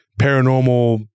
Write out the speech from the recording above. paranormal